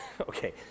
okay